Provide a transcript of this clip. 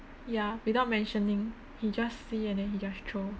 ya without mentioning he just see and then he just throw